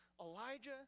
Elijah